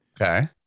Okay